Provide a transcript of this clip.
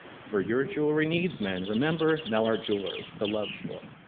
for your jewelry needs, men, remember melart jewelers the love store.